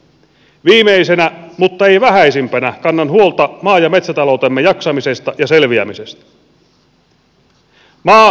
viimeisenä mutta ei vähäisimpänä kannan huolta maa ja metsätaloutemme jaksamisesta ja selviämisestä